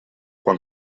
quan